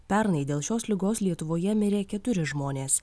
pernai dėl šios ligos lietuvoje mirė keturi žmonės